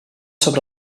sobre